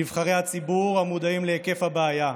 נבחרי הציבור, המודעים להיקף הבעיה.